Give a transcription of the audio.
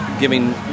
giving